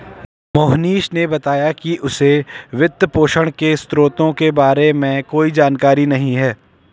मोहनीश ने बताया कि उसे वित्तपोषण के स्रोतों के बारे में कोई जानकारी नही है